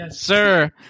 sir